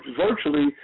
virtually